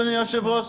אדוני היושב-ראש?